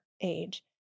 age